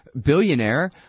billionaire